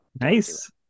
Nice